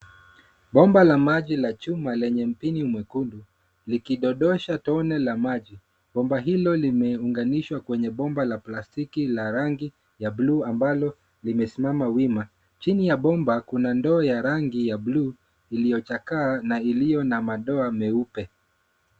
Bomba la maji la chuma lenye mpini mwekundu likidodosha tone la maji. Bomba hilo limeunganishwa kwenye bomba la plastiki la rangi ya bluu ambalo limesimama wima chini ya bomba kuna ndoo ya rangi ya bluu iliyo chakaa na iliyo na madoa meupe.